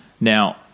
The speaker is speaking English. Now